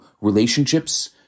relationships